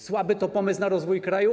Słaby to pomysł na rozwój kraju.